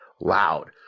loud